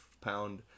pound